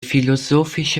philosophische